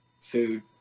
food